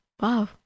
Wow